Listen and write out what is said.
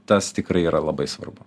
tas tikrai yra labai svarbu